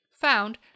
Found